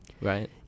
right